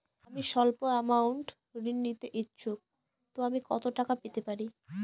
আমি সল্প আমৌন্ট ঋণ নিতে ইচ্ছুক তো আমি কত টাকা পেতে পারি?